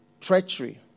treachery